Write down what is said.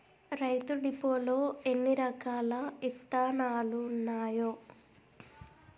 రైతు డిపోలో ఎన్నిరకాల ఇత్తనాలున్నాయో